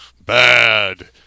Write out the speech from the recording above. bad